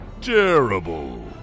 Terrible